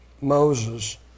Moses